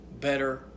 better